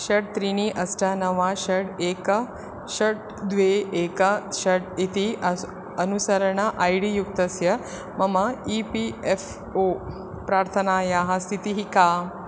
षट् त्रीणि अष्ट नव षट् एक षट् द्वे एक षट् इति अस् अनुसरण ऐ डी युक्तस्य मम ई पी एफ़् ओ प्रार्थनायाः स्थितिः का